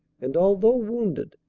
and although wounded,